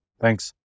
thanks